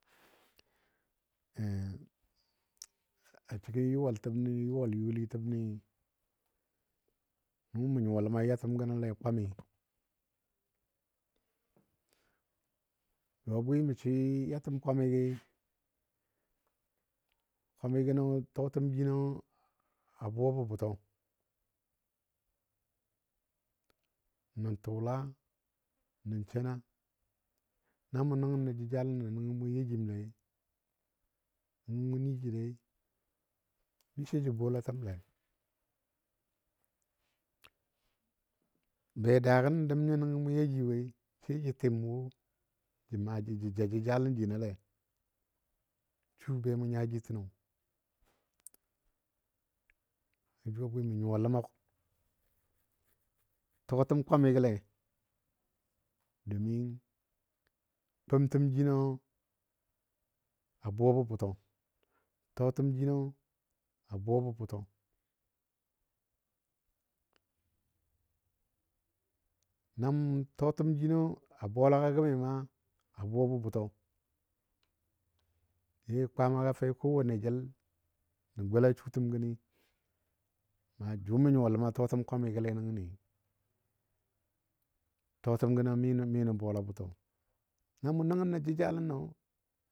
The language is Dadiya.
A cikin yʊwaltəbni, yʊwal youlitəni nʊ mə nyuwa. ləma yatəmgənɔ lei kwami jʊ a bwi mə swɨ yatəm kwamigi. Kwamigəno tʊtəm jino a buwabɔ bʊtɔ, nən tʊla, nən shena na mu nəngno jəjalənɔ nəngɔ mu yajilei miso ja bola təmle, be daagɔ nən dəm nyo nəngɔ mu yaji woi sai jə tɨm wo jə maa jə ja jəjalen jinolei su be mu nya ji təno, jʊ a bwi mə nyuwa ləma tɔɔtəm kwamigə lei domin fəmtəm jino a buwa bɔ bʊtɔ tɔɔtəm jino a buwa bɔ bʊtɔ. Nam tɔɔtəm jino a bolagɔ gəmi maa a buwabɔ bʊtɔ ge Kwaamaga fe kowane jəl nə gola sutən gəni jʊ mə nyuwa ləma tɔɔtəm kwamigəle nəngəni tɔɔtəm gənɔ mi nə bola bʊtɔ namu nəngnɔ jəjalinɔ.